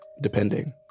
depending